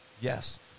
Yes